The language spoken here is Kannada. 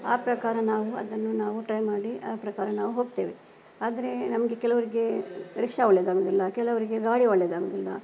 ಆ ಪ್ರಕಾರ ನಾವು ಅದನ್ನು ನಾವು ಟ್ರೈ ಮಾಡಿ ಆ ಪ್ರಕಾರ ನಾವು ಹೋಗ್ತೇವೆ ಆದರೆ ನಮಗೆ ಕೆಲವರಿಗೆ ರಿಕ್ಷಾ ಒಳ್ಳೆಯದಾಗೋದಿಲ್ಲ ಕೆಲವರಿಗೆ ಗಾಡಿ ಒಳ್ಳೆಯದಾಗೋದಿಲ್ಲ